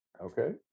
okay